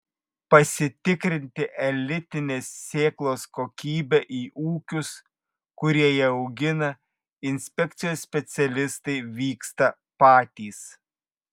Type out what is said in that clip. pasitikrinti elitinės sėklos kokybę į ūkius kurie ją augina inspekcijos specialistai vyksta patys